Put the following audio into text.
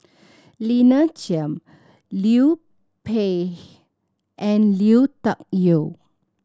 Lina Chiam Liu Peihe and Lui Tuck Yew